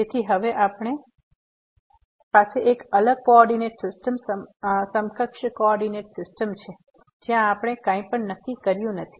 તેથી હવે આપણી પાસે એક અલગ કોઓર્ડિનેટ સિસ્ટમ સમકક્ષ કોઓર્ડિનેટ સિસ્ટમ છે જ્યાં આપણે કંઈ પણ નક્કી કર્યું નથી